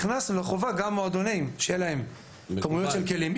הכנסנו לחובה גם מועדונים שיהיו להם כמויות של כלים.